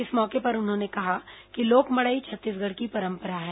इस मौके पर उन्होंने कहा कि लोक मड़ई छत्तीसगढ़ की परपंरा है